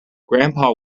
grandpa